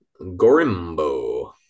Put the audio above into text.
gorimbo